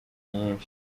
nyinshi